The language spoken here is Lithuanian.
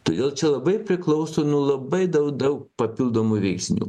todėl čia labai priklauso nuo labai daug daug papildomų veiksnių